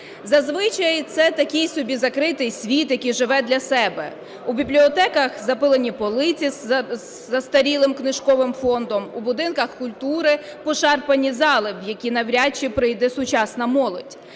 Зазвичай це такий собі закритий світ, який живе для себе: у бібліотеках запилені полиці з застарілим книжковим фондом, у будинках культури пошарпані зали, в які навряд чи прийде сучасна молодь.